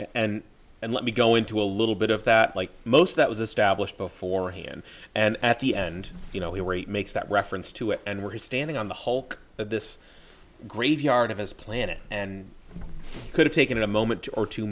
and and let me go into a little bit of that like most that was established beforehand and at the end you know we were eight makes that reference to it and we're standing on the whole this graveyard of his planet and could've taken a moment or two